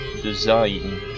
design